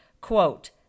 Quote